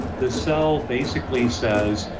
the cell basically says,